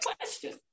question